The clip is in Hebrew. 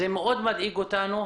זה נושא שמאוד מדאיג אותנו,